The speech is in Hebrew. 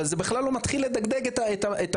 אבל זה בכלל לא מתחיל לדגדג את הבסיס,